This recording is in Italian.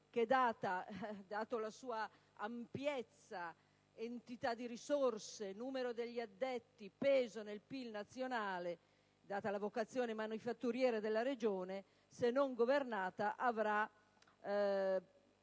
che, data la sua ampiezza, l'entità delle risorse, il numero degli addetti e il peso nel PIL nazionale, e considerata la vocazione manifatturiera della Regione, se non governata avrà